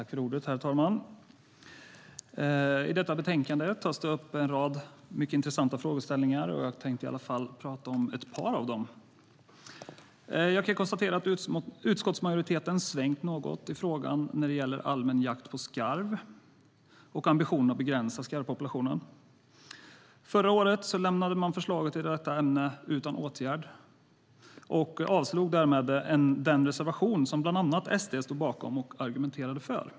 Herr talman! I detta betänkande tas en lång rad mycket intressanta frågeställningar upp, och jag tänkte tala om åtminstone ett par av dem. Jag kan konstatera att utskottsmajoriteten svängt något i frågan om allmän jakt på skarv och ambitionen att begränsa skarvpopulationen. Förra året lämnade man förslagen i detta ämne utan åtgärd och avslog därmed den reservation som bland annat SD stod bakom och argumenterade för.